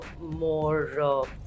more